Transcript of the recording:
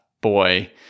boy